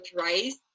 rice